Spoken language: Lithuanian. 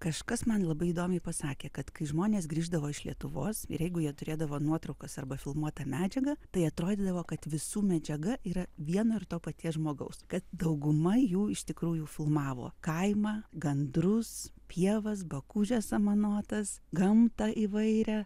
kažkas man labai įdomiai pasakė kad kai žmonės grįždavo iš lietuvos ir jeigu jie turėdavo nuotraukas arba filmuotą medžiagą tai atrodydavo kad visų medžiaga yra vieno ir to paties žmogaus kad dauguma jų iš tikrųjų filmavo kaimą gandrus pievas bakūžes samanotas gamtą įvairią